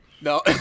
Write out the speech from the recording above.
No